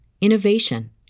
innovation